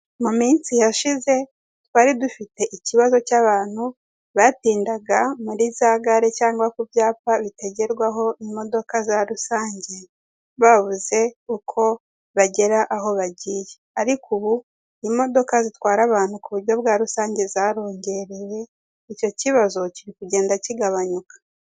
Mu minsi yashize twari dufite ikibazo cy'abantu batindaga muri za gare cyangwa ku byapa bitagerwaho imodoka za rusange babuze uko bagera aho bagiye ariko ubu imodoka zitwara abantu ku buryo bwa rusange zarongerewe icyo kibazo kiri kugenda kigabanyuka.